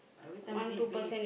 every time beat beat